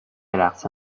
رقص